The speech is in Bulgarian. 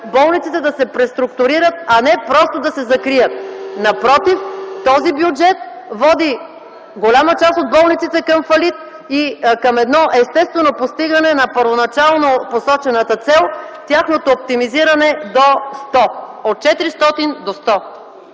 болниците да се преструктурират, а не просто да се закрият. Напротив, този бюджет води голяма част от болниците към фалит и към едно естествено постигане на първоначално посочената цел – тяхното оптимизиране до 100. От 400 до 100.